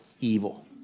evil